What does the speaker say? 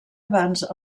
abans